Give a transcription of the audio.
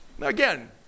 again